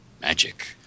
magic